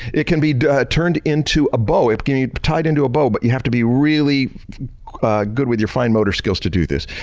it can be turned into a bow. it can be tied into a bow but you have to be really good with your fine motor skills to do this.